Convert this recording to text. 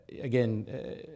again